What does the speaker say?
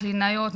קלינאיות,